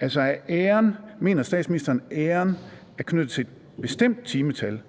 besøgsven? Mener statsministeren, at æren er knyttet til et bestemt timetal,